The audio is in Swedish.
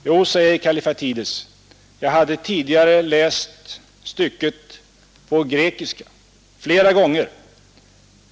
Jo, säger Kallifatides: ”Jag hade tidigare läst stycket på grekiska, flera gånger.